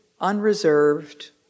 unreserved